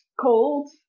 cold